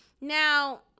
Now